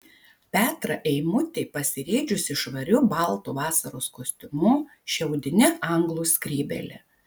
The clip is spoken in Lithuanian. petrą eimutį pasirėdžiusį švariu baltu vasaros kostiumu šiaudine anglų skrybėle